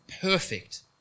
perfect